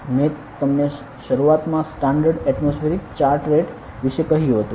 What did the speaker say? મેં તમને શરૂઆતમાં સ્ટાન્ડર્ડ એટમોસ્ફિયરિક ચાર્ટ રેટ વિશે કહ્યું હતું